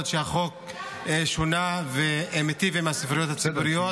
שהחוק שונה ומיטיב עם הספריות הציבוריות.